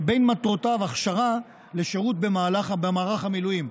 שבין מטרותיו הכשרה לשירות במערך המילואים.